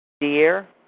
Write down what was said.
Dear